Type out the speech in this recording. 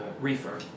Reefer